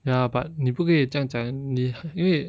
ya but 你不可以这样讲你因为